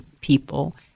people